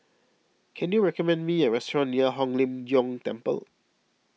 can you recommend me a restaurant near Hong Lim Jiong Temple